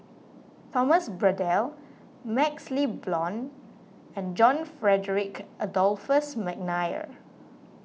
Thomas Braddell MaxLe Blond and John Frederick Adolphus McNair